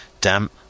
damp